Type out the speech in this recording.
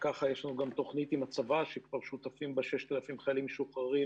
כך יש גם תוכנית עם הצבא שכבר שותפים בה 6,000 חיילים משוחררים